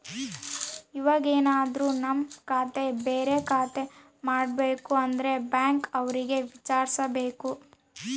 ಇವಾಗೆನದ್ರು ನಮ್ ಖಾತೆ ಬೇರೆ ಖಾತೆ ಮಾಡ್ಬೇಕು ಅಂದ್ರೆ ಬ್ಯಾಂಕ್ ಅವ್ರಿಗೆ ವಿಚಾರ್ಸ್ಬೇಕು